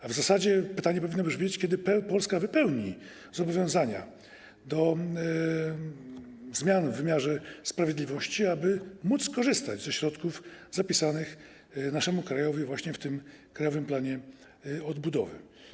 A w zasadzie pytanie powinno brzmieć: Kiedy Polska wypełni zobowiązania dotyczące zmian w wymiarze sprawiedliwości, aby móc korzystać ze środków zapisanych naszemu krajowi właśnie w tym Krajowym Planie Odbudowy?